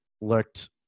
looked